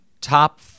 top